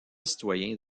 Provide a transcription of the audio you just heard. citoyen